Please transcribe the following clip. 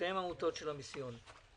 עמותות של המיסיון.